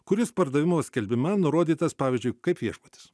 kuris pardavimo skelbime nurodytas pavyzdžiui kaip viešbutis